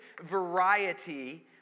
variety